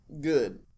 Good